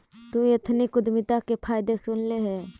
तु एथनिक उद्यमिता के फायदे सुनले हे?